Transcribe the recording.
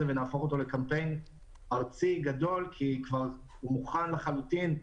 ונהפוך אותו לקמפיין ארצי גדול כי כבר הוא מוכן לחלוטין,